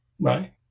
right